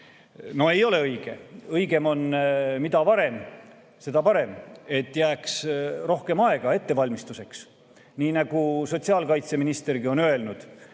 No ei ole õige. Õigem on mida varem, seda parem, et jääks rohkem aega ettevalmistuseks. Nii nagu sotsiaalkaitseministergi on öelnud,